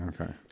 Okay